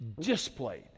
displayed